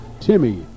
Timmy